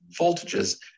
voltages